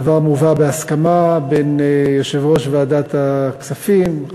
הדבר מובא בהסכמה בין יושבי-ראש ועדת הכספים,